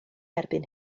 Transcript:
erbyn